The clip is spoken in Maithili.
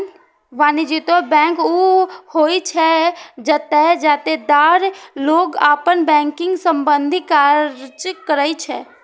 वाणिज्यिक बैंक ऊ होइ छै, जतय जादेतर लोग अपन बैंकिंग संबंधी काज करै छै